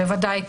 בוודאי.